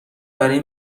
برای